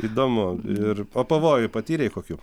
įdomu ir o pavojų patyrei kokių